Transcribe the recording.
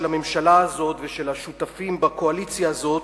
הממשלה הזאת ושל השותפים בקואליציה הזאת,